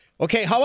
Okay